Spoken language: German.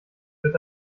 wird